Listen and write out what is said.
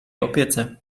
opiece